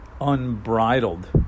unbridled